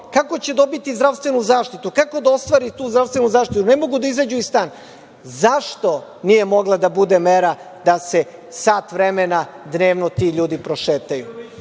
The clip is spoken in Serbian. kako će dobiti zdravstvenu zaštitu? Kako da ostvari tu zdravstvenu zaštitu, jer ne mogu da izađu iz stana? Zašto nije mogla da bude mera da se sat vremena dnevno ti ljudi prošetaju?